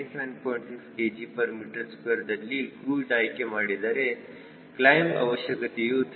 6 kgm2 ದಲ್ಲಿ cruise ಆಯ್ಕೆ ಮಾಡಿದರೆ ಕ್ಲೈಮ್ ಅವಶ್ಯಕತೆಯು 302